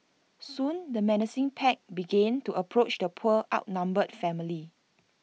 soon the menacing pack began to approach the poor outnumbered family